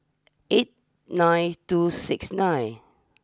eight nine two six nine